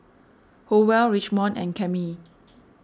Howell Richmond and Cammie